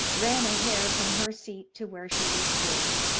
ran a hare from her seat to where she was killed,